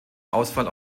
auswahl